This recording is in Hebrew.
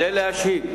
זאת הבעיה.